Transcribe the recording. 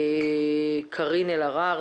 קארין אלהרר,